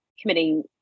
committing